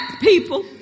people